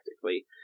practically